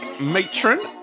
Matron